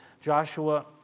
Joshua